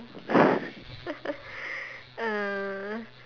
uh